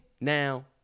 Now